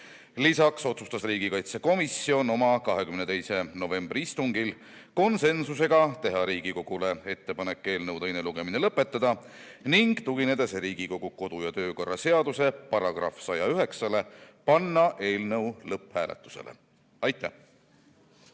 Lisaks otsustas riigikaitsekomisjon oma 22. novembri istungil (konsensusega) teha Riigikogule ettepaneku eelnõu teine lugemine lõpetada, ning tuginedes Riigikogu kodu- ja töökorra seaduse §-le 109, panna eelnõu lõpphääletusele. Aitäh!